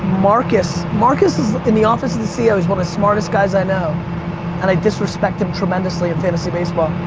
marcus marcus is in the office of and the ceo. he's one of the smartest guys i know and i disrespect him tremendously in fantasy baseball.